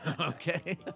okay